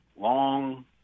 long